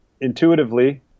intuitively